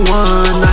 one